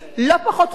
לא פחות חוקי